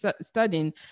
studying